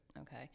Okay